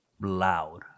loud